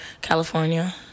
California